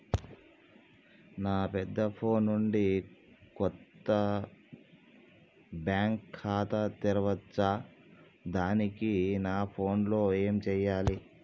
నా పెద్ద ఫోన్ నుండి కొత్త బ్యాంక్ ఖాతా తెరవచ్చా? దానికి నా ఫోన్ లో ఏం చేయాలి?